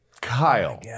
Kyle